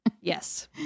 Yes